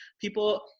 People